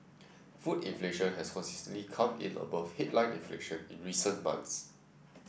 food inflation has consistently come in above headline inflation in recent months